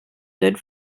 good